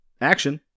Action